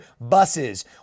buses